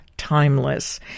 timeless